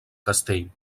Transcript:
castell